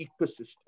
ecosystem